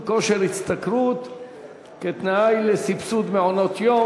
כושר ההשתכרות כתנאי לסבסוד מעונות-יום,